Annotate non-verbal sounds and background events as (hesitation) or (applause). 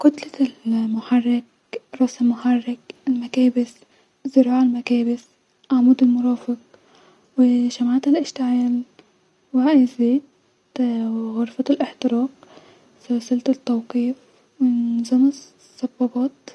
كتله المحرك-رأس المحرك- المكابس-زراع المكابس -عمود المرافق-و (hesitation) شمعات الاشتعال-وعاء الزيت-غرفه الاحتراق-سلسله التوقيف-ون-ظام-الصب-بابات